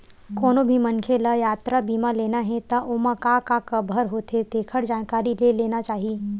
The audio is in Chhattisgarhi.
कोनो भी मनखे ल यातरा बीमा लेना हे त ओमा का का कभर होथे तेखर जानकारी ले लेना चाही